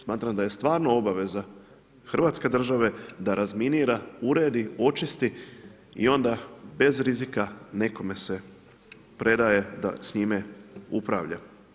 Smatram da je stvarno obaveza Hrvatske države da razminira, uredi, očisti i onda bez rizika nekome se predaje da s njime upravlja.